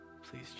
Please